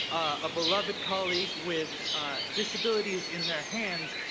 a beloved colleague with disabilities in their hands,